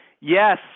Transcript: Yes